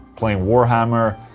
playing warhammer.